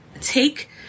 take